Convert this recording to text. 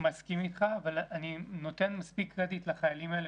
מסכים אתך אבל אני נותן מספיק קרדיט לחיילים האלה